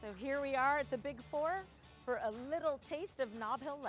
so here we are the big four for a little taste of nob hill